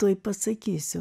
tuoj pasakysiu